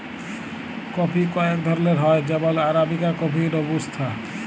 coffee কয়েক ধরলের হ্যয় যেমল আরাবিকা কফি, রবুস্তা